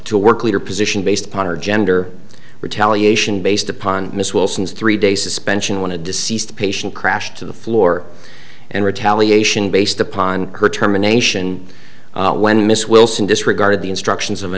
to work leader position based upon her gender retaliation based upon miss wilson's three day suspension when a deceased patient crashed to the floor and retaliation based upon her term a nation when miss wilson disregarded the instructions of a